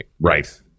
right